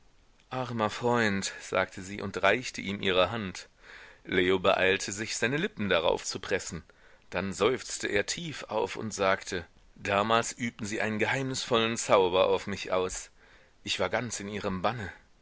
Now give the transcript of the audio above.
armer freund sagte sie und reichte ihm ihre hand leo beeilte sich seine lippen darauf zu pressen dann seufzte er tief auf und sagte damals übten sie einen geheimnisvollen zauber auf mich aus ich war ganz in ihrem banne